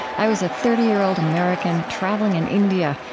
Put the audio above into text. i was a thirty year old american traveling in india,